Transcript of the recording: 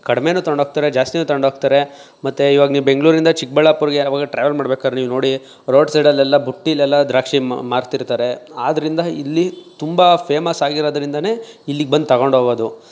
ಕಡಿಮೆಯೂ ತೊಗೊಂಡು ಹೋಗ್ತಾರೆ ಜಾಸ್ತಿಯೂ ತೊಗೊಂಡು ಹೋಗ್ತಾರೆ ಮತ್ತೆ ಇವಗ ನೀವು ಬೆಂಗಳೂರಿಂದ ಚಿಕ್ಕಬಳ್ಳಾಪುರಕ್ಕೆ ಯಾವಾಗ ಟ್ರಾವೆಲ್ ಮಾಡ್ಬೇಕಾದ್ರೆ ನೀವು ನೋಡಿ ರೋಡ್ ಸೈಡಲ್ಲೆಲ್ಲ ಬುಟ್ಟಿಲ್ಲೆಲ್ಲ ದ್ರಾಕ್ಷಿ ಮಾರ್ತಿರ್ತಾರೆ ಆದ್ರಿಂದ ಇಲ್ಲಿ ತುಂಬ ಫೇಮಸ್ ಆಗಿರೋದ್ರಿಂದಲೇ ಇಲ್ಲಿಗೆ ಬಂದು ತೊಗೊಂಡು ಹೋಗೋದು